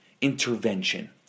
intervention